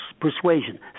persuasion